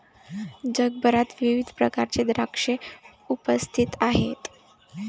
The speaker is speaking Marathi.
जगभरात विविध प्रकारचे द्राक्षे उपस्थित आहेत